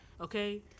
okay